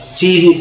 tv